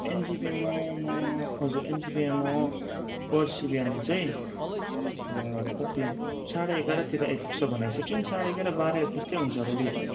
एनजेपीमा म हजुर एनजेपीमा म पर्सी बिहान चाहिँ कति साँढे एघारतिर आइपुग्छ भनेको छ ट्रेन साँढे एघार बाह्र त्यस्तै हुन्छ होला दिउँसो